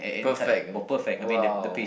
perfect uh !wow!